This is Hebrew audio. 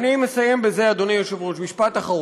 אני מסיים בזה, אדוני היושב-ראש, משפט אחרון.